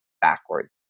backwards